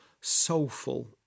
soulful